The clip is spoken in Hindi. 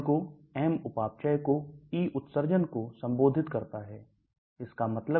घुलनशीलता और पारगम्यता एक दूसरे के विपरीत या परस्पर विरोधी है